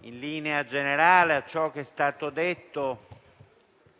in linea generale a ciò che è stato detto,